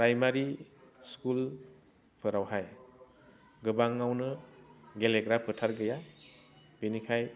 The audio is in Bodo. प्राइमारी स्कुल फोरावहाय गोबाङावनो गेलेग्रा फोथार गैया बिनिखाय